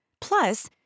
Plus